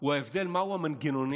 הוא ההבדל במנגנונים